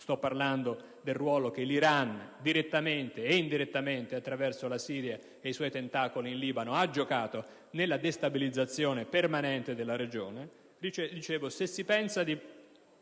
causa anche il ruolo che l'Iran direttamente ed indirettamente, attraverso la Siria e i suoi tentacoli in Libano, ha giocato nella destabilizzazione permanente della regione.